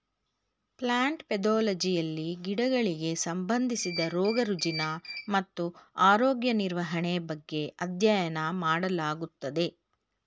plant ಪೆದೊಲಜಿಯಲ್ಲಿ ಗಿಡಗಳಿಗೆ ಸಂಬಂಧಿಸಿದ ರೋಗ ರುಜಿನ ಮತ್ತು ಆರೋಗ್ಯ ನಿರ್ವಹಣೆ ಬಗ್ಗೆ ಅಧ್ಯಯನ ಮಾಡಲಾಗುತ್ತದೆ